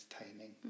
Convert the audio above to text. entertaining